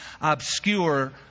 obscure